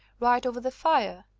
right over the fire,